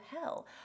hell